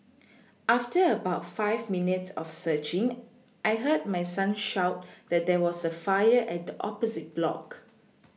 after about five minutes of searching I heard my son shout that there was a fire at the opposite block